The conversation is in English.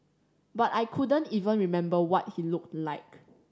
but I couldn't even remember what he looked like